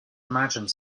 imagine